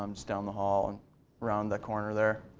um just down the hall and around the corner there.